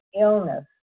illness